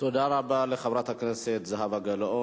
תודה רבה לחברת הכנסת זהבה גלאון.